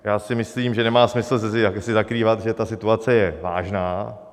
Já si myslím, že nemá smysl si zakrývat, že ta situace je vážná.